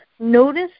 Notice